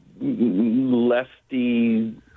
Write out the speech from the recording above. lefty